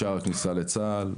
שער הכניסה לצה"ל,